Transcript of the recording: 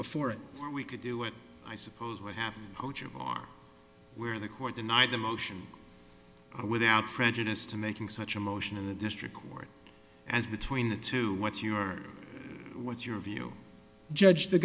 before we could do it i suppose what happened are where the court denied the motion without prejudice to making such a motion in the district court as between the two what's your what's your view judge the